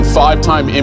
five-time